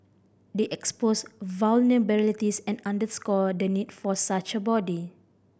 they exposed vulnerabilities and underscore the need for such a body